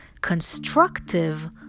constructive